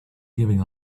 giving